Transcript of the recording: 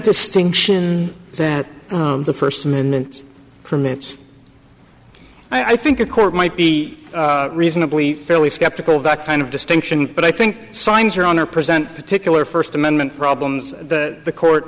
distinction that the first amendment permits i think a court might be reasonably fairly skeptical of that kind of distinction but i think signs around our present particular first amendment problems that the court